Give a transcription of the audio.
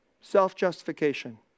Self-justification